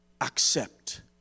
accept